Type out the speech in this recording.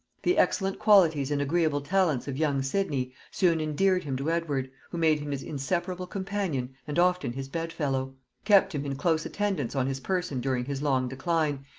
the excellent qualities and agreeable talents of young sidney soon endeared him to edward, who made him his inseparable companion and often his bed-fellow kept him in close attendance on his person during his long decline,